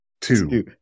two